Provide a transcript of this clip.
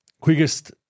quickest